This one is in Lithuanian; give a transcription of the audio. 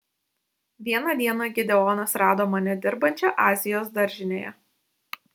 vieną dieną gideonas rado mane dirbančią azijos daržinėje